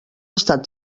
estat